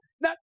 Now